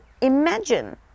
imagine